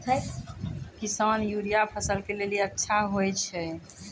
किसान यूरिया फसल के लेली अच्छा होय छै?